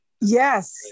Yes